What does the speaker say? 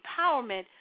empowerment